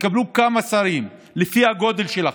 תקבלו מספר שרים לפי הגודל שלכם.